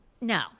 No